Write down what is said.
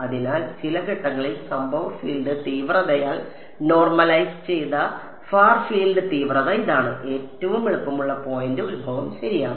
അതിനാൽ ചില ഘട്ടങ്ങളിൽ സംഭവ ഫീൽഡ് തീവ്രതയാൽ നോർമലൈസ് ചെയ്ത ഫാർ ഫീൽഡ് തീവ്രത ഇതാണ് ഏറ്റവും എളുപ്പമുള്ള പോയിന്റ് ഉത്ഭവം ശരിയാണ്